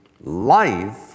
life